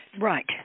Right